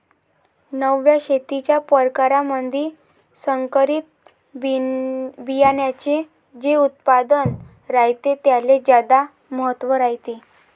नव्या शेतीच्या परकारामंधी संकरित बियान्याचे जे उत्पादन रायते त्याले ज्यादा महत्त्व रायते